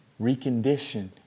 recondition